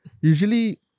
usually